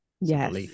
yes